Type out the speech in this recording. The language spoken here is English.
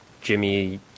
Jimmy